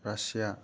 Russia